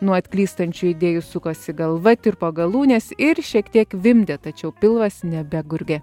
nuo atklystančių idėjų sukosi galva tirpo galūnės ir šiek tiek vimdė tačiau pilvas nebegurgė